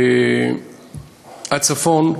הצפון,